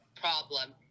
problem